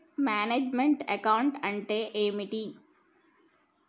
Manage meant account అంటే ఏమిటి?